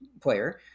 player